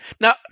Now